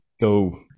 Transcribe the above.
go